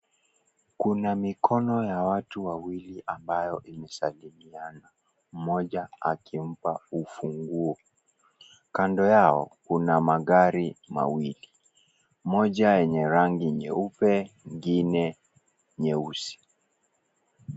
Kuna mikono ya watu wawili ambayo imesalimiana, moja akimpa ufunguo. Kando yao, kuna magari mawili. Moja enye rangi nyeupe, ingine, nyeusi.